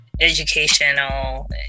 educational